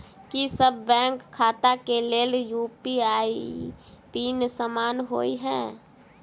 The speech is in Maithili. की सभ बैंक खाता केँ लेल यु.पी.आई पिन समान होइ है?